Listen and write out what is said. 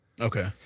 Okay